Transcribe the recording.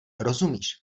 rozumíš